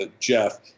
jeff